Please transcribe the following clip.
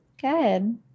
Good